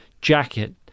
jacket